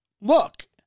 look